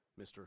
Mr